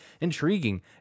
intriguing